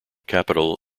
capital